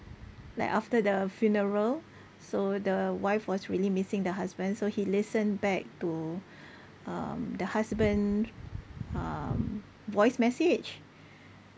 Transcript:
like after the funeral so the wife was really missing the husband so he listen back to um the husband um voice message